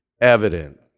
evident